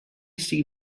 see